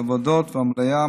הוועדות והמליאה,